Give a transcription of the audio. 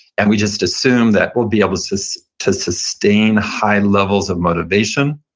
and we just assume that we'll be able to so to sustain high levels of motivation,